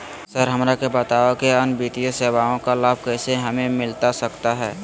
Sir हमरा के बताओ कि अन्य वित्तीय सेवाओं का लाभ कैसे हमें मिलता सकता है?